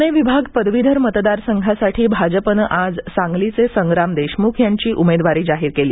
पुणे विभाग पदवीधर मतदार संघासाठी भाजपने आज सांगलीचे संग्राम देशमुख यांची उमेदवारी जाहीर केली